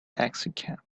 taxicab